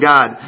God